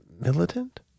militant